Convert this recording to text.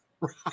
right